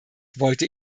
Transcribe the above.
wollte